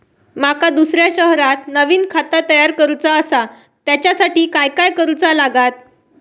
माका दुसऱ्या शहरात नवीन खाता तयार करूचा असा त्याच्यासाठी काय काय करू चा लागात?